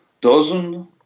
dozen